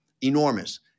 enormous